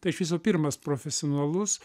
tai iš viso pirmas profesionalus